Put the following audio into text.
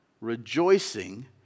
Rejoicing